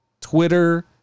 Twitter